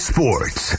Sports